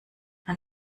ein